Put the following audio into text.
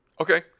okay